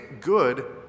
good